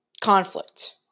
Conflict